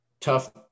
tough